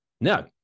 no